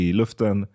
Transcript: luften